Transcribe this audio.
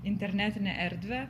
internetinę erdvę